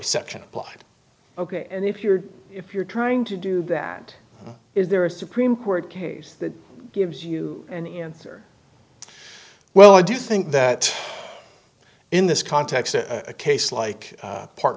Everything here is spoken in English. exception applied ok and if you're if you're trying to do that is there a supreme court case that gives you any answer well i do think that in this context a case like part